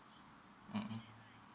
mmhmm